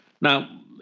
Now